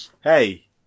Hey